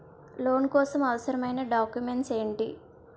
Loan కోసం అవసరమైన documents ఎంటి?